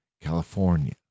california